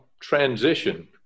transition